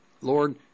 Lord